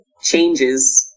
changes